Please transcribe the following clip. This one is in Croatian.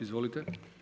Izvolite.